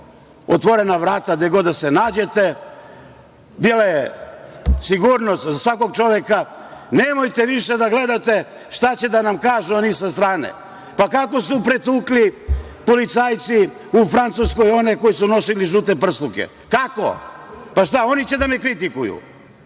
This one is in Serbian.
otvorena vrata gde god da se nađete, bila je sigurnost za svakog čoveka. Nemojte više da gledate šta će da nam kažu oni sa strane. Kako su policajci u Francuskoj pretukli one koji su nosili žute prsluke? Kako? Šta, oni će da me kritikuju?